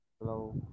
Hello